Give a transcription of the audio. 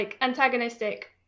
antagonistic